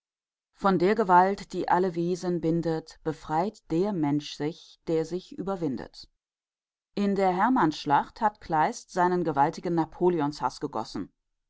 von der gewalt die alle wesen bindet befreit der mensch sich der sich überwindet in die hermannschlacht hat kleist seinen napoleonshaß gegossen